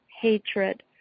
hatred